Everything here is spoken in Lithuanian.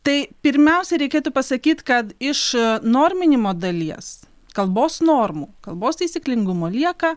tai pirmiausia reikėtų pasakyti kad iš norminimo dalies kalbos normų kalbos taisyklingumo lieka